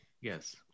Yes